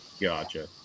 Gotcha